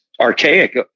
archaic